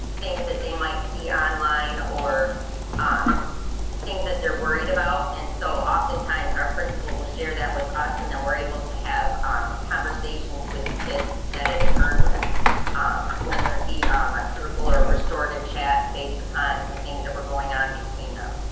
things that they might see online or on things that they're worried about. and so oftentimes our principal will share that with us. and then we're able to have conversations with the kids that it occurred with on whether it be um a circle or restorative chat based upon the things that were going on between them.